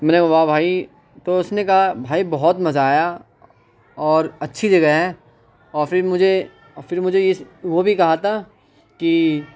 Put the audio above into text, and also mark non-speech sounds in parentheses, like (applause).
میں نے (unintelligible) واہ بھائی تو اس نے کہا بھائی بہت مزہ آیا اور اچّھی جگہ ہے اور فر مجھے آ فر مجھے وہ بھی کہا تھا کہ